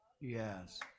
Yes